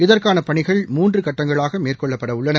இதற்கான பணிகள் மூன்று கட்டங்களாக மேற்கொள்ளப்பட உள்ளன